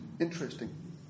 interesting